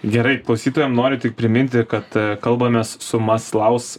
gerai klausytojam noriu tik priminti kad kalbamės su maslaus